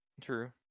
True